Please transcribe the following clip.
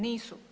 Nisu.